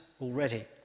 already